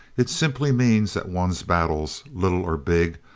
it simply means that one's battles, little or big,